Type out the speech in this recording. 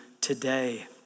today